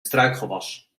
struikgewas